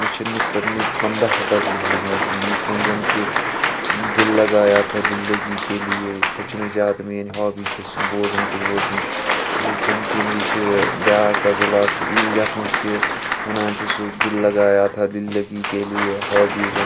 مےٚ چھِ نُصرَت نہِ پَنٛدَہ غزلہٕ بُوزمٕژ یِتھ کنۍ زَن کہِ دِل لگایا تھا دِل لگِی کے لِیے سُہ چھِ مےٚ زِیادٕ مِیٛٲنۍ ہابِی چھِ سُہ بوزٕنۍ تہٕ بوزٕنۍ ییٚتہِ زَن کہِ مےٚ چھُ بِیٛاکھ غزٕل اَکھ یَتھ منٛز کہِ وَنان چھُ سُہ دِل لگایا تھا دِل لگِی کے لِیے ہابِیٖز